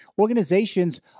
Organizations